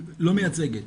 לא מייצגת.